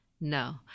No